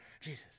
Jesus